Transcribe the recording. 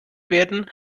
werden